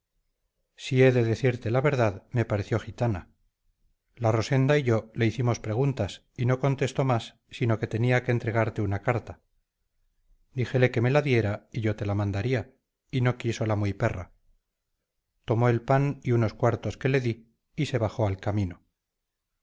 si e de decirte la verdad me pareció gitana la rosenda y yo le icimos preguntas y no contestó más sino que tenía que entregarte una carta díjele que me la diera y yo te la mandaría y no quiso la muy perra tomó el pan y unos cuartos que le di y se bajó al camino